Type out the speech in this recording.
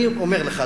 אני אומר לך,